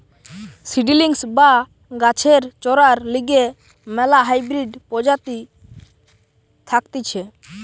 seedlings বা গাছের চরার লিগে ম্যালা হাইব্রিড প্রজাতি থাকতিছে